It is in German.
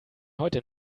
heute